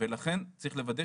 ולכן צריך לוודא